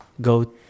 go